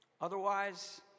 Otherwise